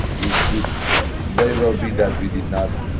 it could very well be that we did not